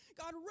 God